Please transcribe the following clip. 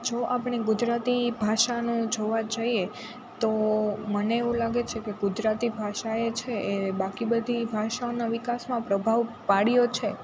જો આપણે ગુજરાતી ભાષાનું જોવા જઈએ તો મને એવું લાગે છેકે ગુજરાતી ભાષા એ છે એણે બાકી બધી ભાષાના વિકાસમાં પ્રભાવ પાડ્યો છે